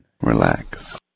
Relax